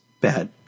bad